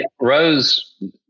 Rose